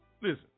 listen